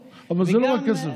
אבל זה לא רק כסף.